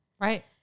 Right